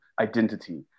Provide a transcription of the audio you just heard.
identity